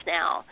now